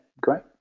great